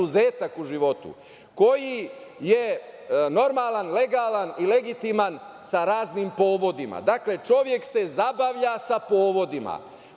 koji je normalan, legalan i legitiman sa raznim povodima. Dakle, čovek se zabavlja sa povodima,